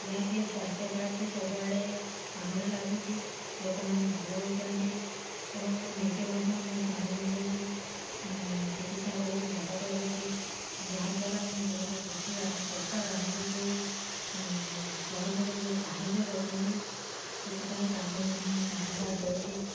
ଯାହାକି ସ୍ୱାସ୍ଥ୍ୟ କାର୍ଡ଼୍ଟି ସବୁଆଡ଼େ କାମରେ ଲାଗୁଛି ଲୋକମାନେ ଭଲ ହଉଛନ୍ତି ଏବଂ ମୁଁ ନିଜେ ମଧ୍ୟ ମୋ ସ୍ୱାମୀକୁ ନେଇକି ଚିକିତ୍ସା କରିକି ଭଲ କରେଇଛି ଯାହାଦ୍ୱାରା ମୁଁ ବହୁତ ଖୁସି ଆମ ସରକାର ଆମକୁ ଯେଉଁ ସହଯୋଗ ଯେଉଁ ସାହାଯ୍ୟ କରିଛନ୍ତି ସେଥିପାଇଁ ତାଙ୍କୁ ମଧ୍ୟ ମୁଁ ଧନ୍ୟବାଦ ଦଉଛି